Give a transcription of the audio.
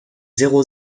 zéro